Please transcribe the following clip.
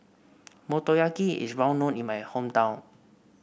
motoyaki is well known in my hometown